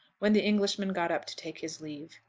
when the englishman got up to take his leave.